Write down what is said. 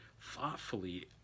thoughtfully